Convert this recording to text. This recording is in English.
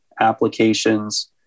applications